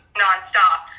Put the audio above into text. nonstop